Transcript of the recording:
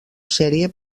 sèrie